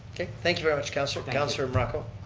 okay, thank you very much, councillor. but councillor morocco?